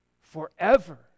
Forever